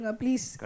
please